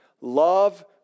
Love